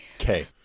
Okay